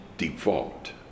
default